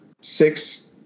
six